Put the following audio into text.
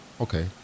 Okay